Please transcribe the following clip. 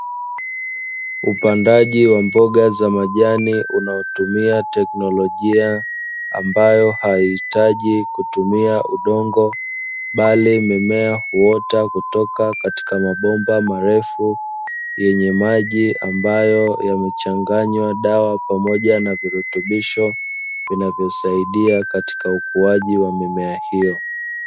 Upandaji wa mboga za majani unaotumia teknolojia ambayo haihitaji kutumia udongo bali mimea huota kutoka katika mabomba marefu yenye maji ambayo yamechanganywa dawa pamoja na virutubisho vinavyosaidia katika ukuaji wa mimea hiyo.